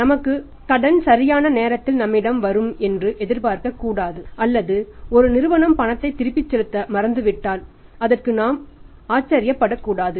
நமக்கு கட்டணம் சரியான நேரத்தில் நம்மிடம் வரும் என்று எதிர்பார்க்கக்கூடாது அல்லது ஒரு நிறுவனம் பணத்தை திரும்ப செலுத்த மறுத்துவிட்டால் அதற்கு நாம் ஆச்சரியப்படக்கூடாது